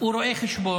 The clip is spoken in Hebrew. הוא רואה חשבון,